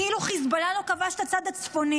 כאילו חיזבאללה לא כבש את הצד הצפוני,